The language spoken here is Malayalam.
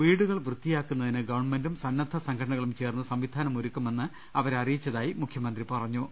വീടുകൾ വൃത്തിയാക്കുന്നതിന് ഗവൺമെന്റും സന്നദ്ധസംഘട നകളും ചേർന്ന് സംവിധാനം ഒരുക്കുമെന്ന് അവരെ അറിയിച്ചതായി മുഖ്യമന്ത്രി പറഞ്ഞു